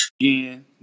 Again